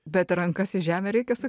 bet rankas į žemę reikia su